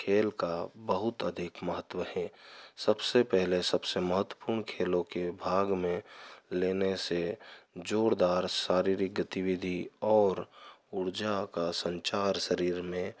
खेल का बहुत अधिक महत्व है सबसे पहले सबसे महत्वपूर्ण खेलों के भाग में लेने से ज़ोरदार शारीरिक गतिविधि और ऊर्जा का संसार शरीर में